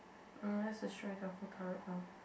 let's destroy their whole turret now